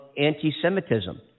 anti-Semitism